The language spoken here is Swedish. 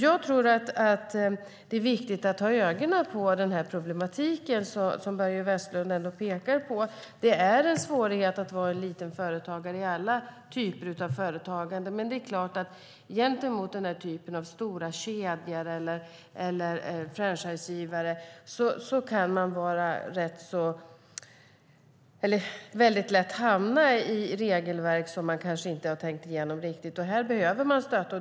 Jag tror att det är viktigt att ha ögonen på den problematik som Börje Vestlund pekar på. Det är svårt att vara liten företagare i alla typer av företagande, men gentemot den här typen av stora kedjor eller franchisegivare kan man lätt hamna i regelverk som man kanske inte har tänkt igenom riktigt. Här behövs det stöd.